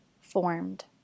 formed